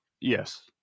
Yes